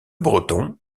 breton